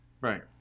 Right